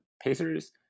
Pacers